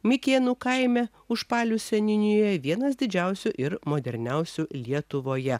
mikėnų kaime užpalių seniūnijoje vienas didžiausių ir moderniausių lietuvoje